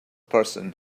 person